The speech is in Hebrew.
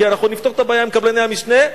כי אנחנו נפתור את הבעיה עם קבלני המשנה,